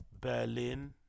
Berlin